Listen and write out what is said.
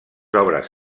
obres